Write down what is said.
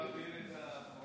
אני מעביר את הבכורה אליו.